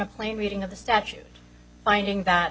plane reading of the statute finding that